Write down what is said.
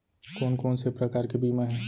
कोन कोन से प्रकार के बीमा हे?